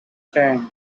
tank